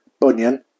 Bunyan